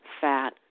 fat